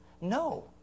no